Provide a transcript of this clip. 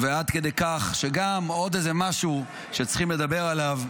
עד כדי כך שעוד איזה משהו שצריכים לדבר עליו,